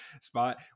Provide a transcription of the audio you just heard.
spot